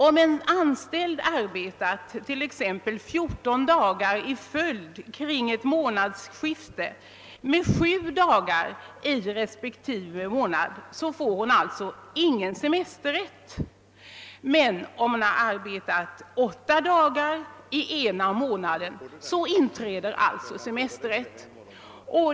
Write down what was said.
Om en anställd arbetat t.ex. 14 dagar i följd kring ett månadsskifte med sju dagar i respektive månad får vederbörande ingen semester, men om den anställde arbetat åtta dagar i ena månaden inträder semesterrätt.